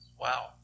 Wow